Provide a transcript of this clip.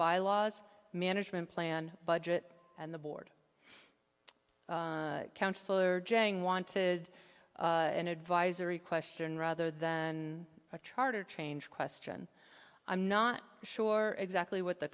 bylaws management plan budget and the board councilor jang wanted an advisory question rather than a charter change question i'm not sure exactly what the